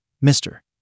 mister